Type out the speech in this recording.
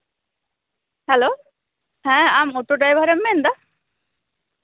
hello ᱦᱮᱸ ᱟᱢ auto ᱰᱨᱟᱭᱵᱷᱟᱨᱮᱢ ᱢᱮᱱᱫᱟ